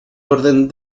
orden